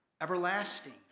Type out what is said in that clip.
everlasting